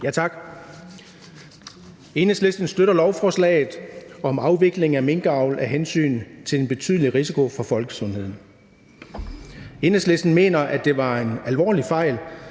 Tak. Enhedslisten støtter lovforslaget om afvikling af minkavl på grund af en betydelig risiko for folkesundheden. Enhedslisten mener, at det var en alvorlig fejl,